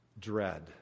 dread